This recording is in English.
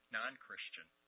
non-Christian